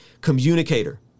communicator